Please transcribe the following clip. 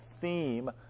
theme